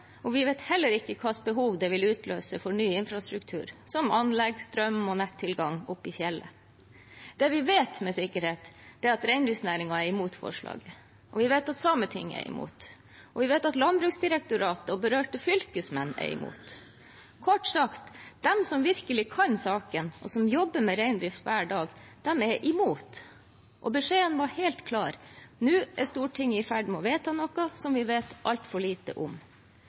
og vi vet heller ikke hvilke behov det vil utløse for ny infrastruktur, som anlegg, strøm og nettilgang på fjellet. Det vi vet med sikkerhet, er at reindriftsnæringen er imot forslaget. Vi vet at Sametinget er imot, og vi vet at Landbruksdirektoratet og berørte fylkesmenn er imot. Kort sagt: De som virkelig kan saken, og som jobber med reindrift hver dag, er imot. Beskjeden er helt klar: Nå er Stortinget i ferd med å vedta noe som vi vet altfor lite om.